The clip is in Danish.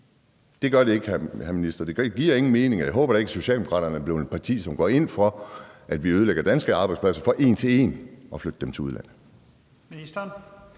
Det gør det ikke, hr. minister; det giver ingen mening. Og jeg håber da ikke, at Socialdemokraterne er blevet et parti, som går ind for, at vi ødelægger danske arbejdspladser for en til en at flytte dem til udlandet.